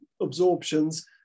absorptions